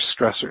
stressors